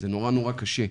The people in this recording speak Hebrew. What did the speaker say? זה נורא נורא קשה.